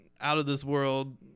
out-of-this-world